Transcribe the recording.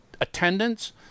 attendance